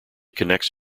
connects